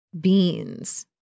beans